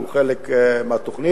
והוא חלק מהתוכנית.